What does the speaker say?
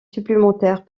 supplémentaires